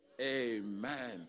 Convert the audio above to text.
Amen